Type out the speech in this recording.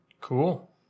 Cool